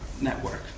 network